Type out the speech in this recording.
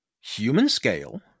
human-scale